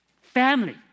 family